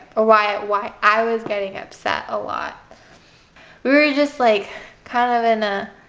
ah why ah why i was getting upset a lot we were just like kind of in a.